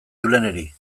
juleneri